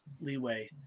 leeway